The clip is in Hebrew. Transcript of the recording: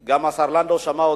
גם השר לנדאו שמע אותי,